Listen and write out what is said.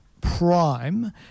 Prime